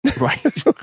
right